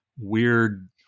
weird